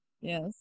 Yes